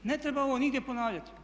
Ne treba ovo nigdje ponavljati.